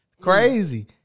Crazy